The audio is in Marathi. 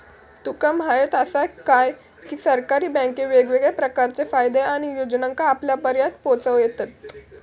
तुमका म्हायत आसा काय, की सरकारी बँके वेगवेगळ्या प्रकारचे फायदे आणि योजनांका आपल्यापर्यात पोचयतत